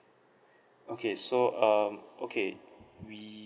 okay so um okay we